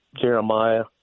Jeremiah